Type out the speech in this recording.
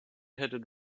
headed